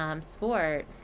Sport